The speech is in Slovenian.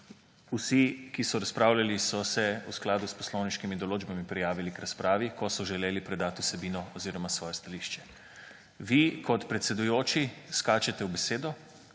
Vsi, ki so razpravljali, so se v skladu s poslovniškimi določbami prijavili k razpravi, ko so želeli predati vsebino oziroma svoje stališče. Vi kot predsedujoči skačete v besedo